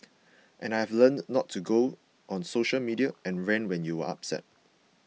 and I've learnt not to go on social media and rant when you're upset